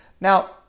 Now